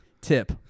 Tip